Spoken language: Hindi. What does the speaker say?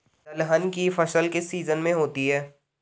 दलहन की फसल किस सीजन में होती है?